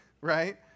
Right